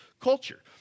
culture